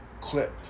clip